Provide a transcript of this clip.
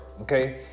okay